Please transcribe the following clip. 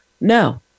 No